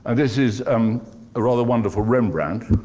and this is um rather wonderful rembrandt